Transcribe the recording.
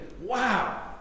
wow